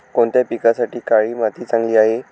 कोणत्या पिकासाठी काळी माती चांगली आहे?